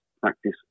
practice